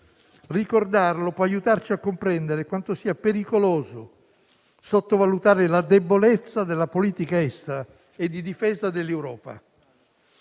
Ricordarlo può aiutarci a comprendere quanto sia pericoloso sottovalutare la debolezza della politica estera e di difesa dell'Europa.